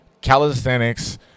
calisthenics